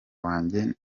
wanjye